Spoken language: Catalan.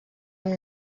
amb